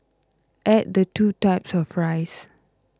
add the two types of rice